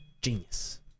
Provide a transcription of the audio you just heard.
Genius